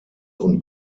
und